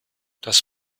das